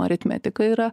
aritmetika yra